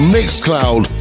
Mixcloud